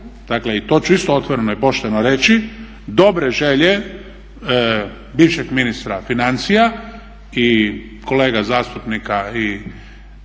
dakle i to ću isto otvoreno i pošteno reći, dobre želje bivšeg ministra financija i kolega zastupnika i